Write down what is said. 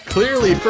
Clearly